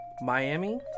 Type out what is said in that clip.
Miami